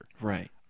Right